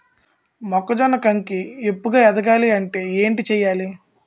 మొక్కజొన్న కంకి ఏపుగ ఎదగాలి అంటే ఏంటి చేయాలి?